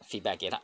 feedback 给他